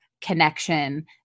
connection